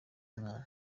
mwana